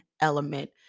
element